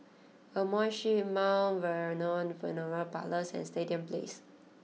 Amoy Street Mount Vernon Funeral Parlours and Stadium Place